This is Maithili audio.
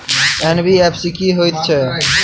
एन.बी.एफ.सी की हएत छै?